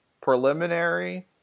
preliminary